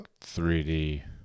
3D